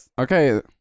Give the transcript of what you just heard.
Okay